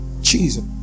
Jesus